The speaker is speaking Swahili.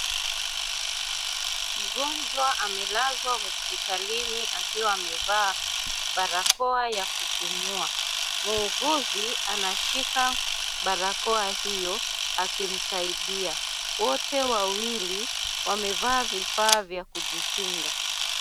Mgonjwa amelazwa hospitalini akiwa amevaa barakoa ya kupumua. Muuguzi anashika barakoa hiyo akimsaidia. Wote wawili wamevaa vifaa vya kujikinga.